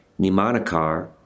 Nimanakar